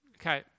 Okay